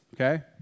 okay